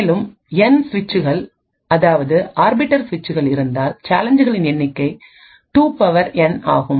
மேலும் N சுவிட்சுகள்அதாவது arbiter சுவிட்சுகள்இருந்தால் சேலஞ்சுகளின் எண்ணிக்கை 2N ஆகும்